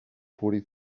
fourty